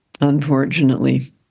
unfortunately